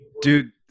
Dude